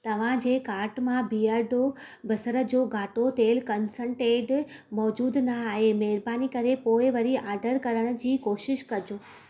तव्हां जे कार्ट मां बीयरडो बसर जो घाटो तेल कंसन्टेड मौज़ूदु न आहे महिरबानी करे पोइ वरी आडर करण जी कोशिश कजो